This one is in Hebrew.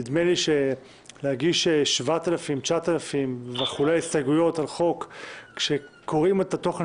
נדמה לי שלהגיש 9,000 הסתייגויות על חוק וכשקוראים את התוכן